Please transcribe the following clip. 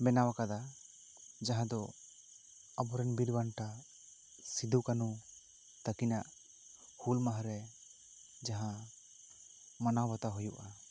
ᱵᱮᱱᱟᱣ ᱟᱠᱟᱰᱟ ᱡᱟᱦᱟᱸ ᱫᱚ ᱟᱵᱚᱨᱮᱱ ᱵᱤᱨ ᱵᱟᱱᱴᱟ ᱥᱤᱫᱩ ᱠᱟᱹᱱᱦᱩ ᱛᱟᱹᱠᱤᱱᱟᱜ ᱦᱩᱞᱢᱟᱦᱟ ᱨᱮ ᱡᱟᱦᱟᱸ ᱢᱟᱱᱟᱣ ᱵᱟᱛᱟᱣ ᱦᱩᱭᱩᱜᱼᱟ